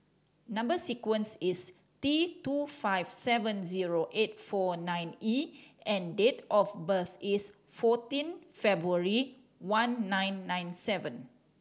number sequence is T two five seven zero eight four nine E and date of birth is fourteen February one nine nine seven